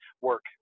work